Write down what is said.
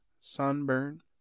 sunburn